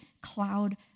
cloud